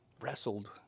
wrestled